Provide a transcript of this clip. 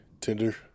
Tinder